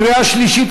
קריאה שלישית,